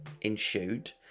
ensued